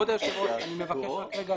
כבוד היושב ראש, רק רגע.